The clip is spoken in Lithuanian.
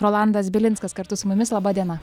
rolandas bilinskas kartu su mumis laba diena